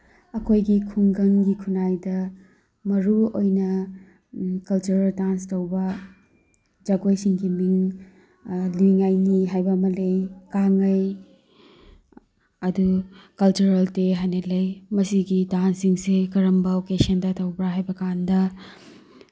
ꯑꯩꯈꯣꯏꯒꯤ ꯈꯨꯡꯒꯪꯒꯤ ꯈꯨꯟꯅꯥꯏꯗ ꯃꯔꯨꯑꯣꯏꯅ ꯀꯜꯆꯔꯦꯜ ꯗꯥꯟꯁ ꯇꯧꯕ ꯖꯒꯣꯏꯁꯤꯡꯒꯤ ꯃꯤꯡ ꯂꯨꯏ ꯉꯥꯏꯅꯤ ꯍꯥꯏꯕ ꯑꯃ ꯂꯩ ꯒꯥꯡꯉꯥꯏ ꯑꯗꯨ ꯀꯜꯆꯔꯦꯜ ꯗꯦ ꯍꯥꯏꯅ ꯂꯩ ꯃꯁꯤꯒꯤ ꯗꯥꯟꯁꯁꯤꯡꯁꯦ ꯀꯔꯝꯕ ꯑꯣꯀꯦꯖꯟꯗ ꯇꯧꯕ꯭ꯔꯥ ꯍꯥꯏꯕ ꯀꯥꯟꯗ